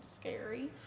scary